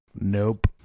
Nope